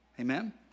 amen